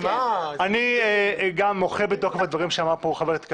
גם אני מוחה בתוקף על הדברים שאמר כאן חבר הכנסת קרעי.